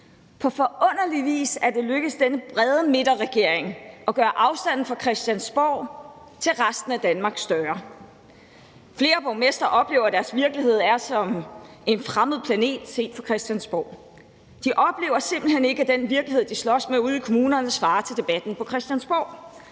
På forunderlig vis er det lykkedes denne brede midterregering at gøre afstanden fra Christiansborg til resten af Danmark større. Flere borgmestre oplever, at deres virkelighed er som en fremmed planet set fra Christiansborg. De oplever simpelt hen ikke, at den virkelighed, de slås med ude i kommunerne, svarer til debatten på Christiansborg.